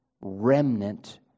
remnant